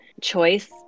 choice